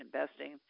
investing